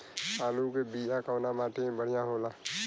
आलू के बिया कवना माटी मे बढ़ियां होला?